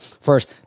First